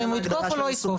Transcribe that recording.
האם הוא יתקוף או לא יתקוף?